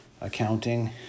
accounting